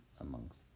amongst